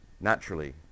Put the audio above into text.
naturally